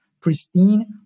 pristine